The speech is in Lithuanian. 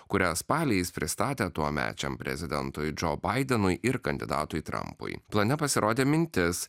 kurią spalį jis pristatė tuomečiam prezidentui džo baidenui ir kandidatui trampui plane pasirodė mintis